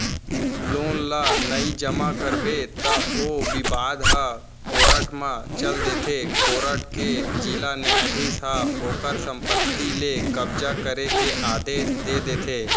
loan ल नइ जमा करबे त ओ बिबाद ह कोरट म चल देथे कोरट के जिला न्यायधीस ह ओखर संपत्ति ले कब्जा करे के आदेस दे देथे